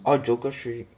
oh joker xue